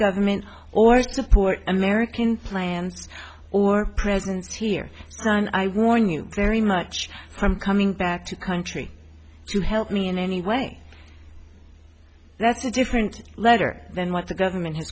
government or support american plans or presence here and i warn you very much for coming back to country to help me in any way that's a different letter than what the government